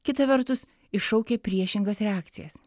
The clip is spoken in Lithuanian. kita vertus iššaukia priešingas reakcijas